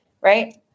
Right